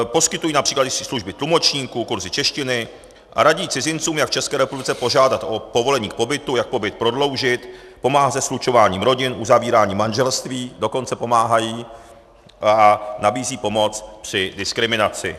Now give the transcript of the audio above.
Poskytují například služby tlumočníků, kurzy češtiny a radí cizincům, jak v České republice požádat o povolení k pobytu, jak pobyt prodloužit, pomáhá se slučováním rodin, uzavírání manželství, dokonce pomáhají a nabízejí pomoc při diskriminaci.